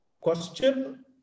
question